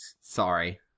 Sorry